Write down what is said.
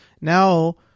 Now